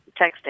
texting